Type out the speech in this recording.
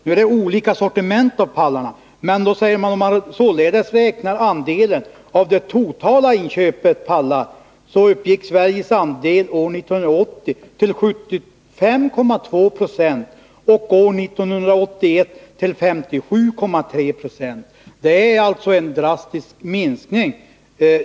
Nu tillhör ju pallarna olika sortiment. Om man räknar andelen av de totala inköpen av pallar, finner man att Sveriges andel år 1980 uppgick till 75,2 20 och år 1981 till 57,3 96. Det är alltså en drastisk minskning.